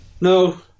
No